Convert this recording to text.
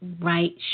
right